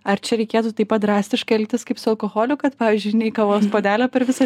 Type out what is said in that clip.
ar čia reikėtų taip pat drastiškai elgtis kaip su alkoholiu kad pavyzdžiui nei kavos puodelio per visą